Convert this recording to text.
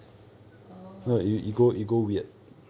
oh